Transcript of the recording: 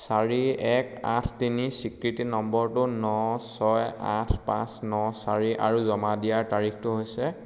চাৰি এক আঠ তিনি স্বীকৃতি নম্বৰটো ন ছয় আঠ পাঁচ ন চাৰি আৰু জমা দিয়াৰ তাৰিখটো হৈছে